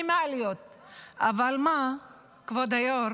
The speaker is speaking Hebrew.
אבל מה, כבוד היו"ר,